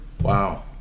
Wow